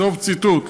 סוף ציטוט.